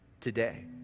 today